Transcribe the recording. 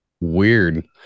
Weird